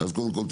אז קודם כל,